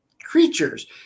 creatures